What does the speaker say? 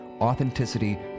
authenticity